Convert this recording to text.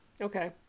Okay